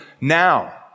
now